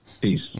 Peace